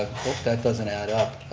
that doesn't add up.